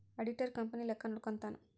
auditor company ಲೆಕ್ಕ ನೋಡ್ಕಂತಾನ್